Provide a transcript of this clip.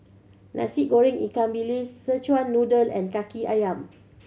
Nasi Goreng ikan bilis Szechuan Noodle and Kaki Ayam